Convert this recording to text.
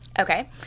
Okay